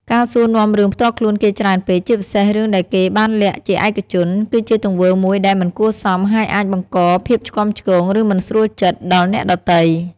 ការសួរនាំរឿងផ្ទាល់ខ្លួនគេច្រើនពេក ជាពិសេសរឿងដែលគេបានលាក់ជាឯកជន គឺជាទង្វើមួយដែល មិនគួរសម ហើយអាចបង្ក ភាពឆ្គាំឆ្គង ឬមិនស្រួលចិត្ត ដល់អ្នកដទៃ។